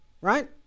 right